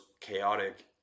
chaotic